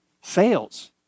fails